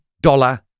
dollar